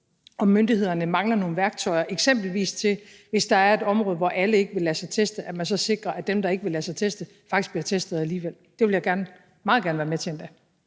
om myndighederne mangler nogle værktøjer, og at man, hvis der eksempelvis er et område, hvor ikke alle vil lade sig teste, så sikrer, at dem, der ikke vil lade sig teste, faktisk bliver testet alligevel. Det vil jeg endda meget gerne være med til.